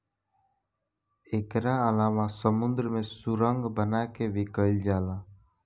एकरा अलावा समुंद्र में सुरंग बना के भी कईल जाला